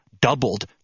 doubled